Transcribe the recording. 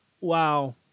wow